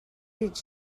did